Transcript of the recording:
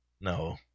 No